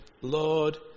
Lord